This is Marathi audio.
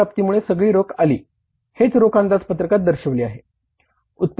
रोख प्राप्तीमुळे सगळी रोख आली हेच रोख अंदाजपत्रकात दर्शवले आहे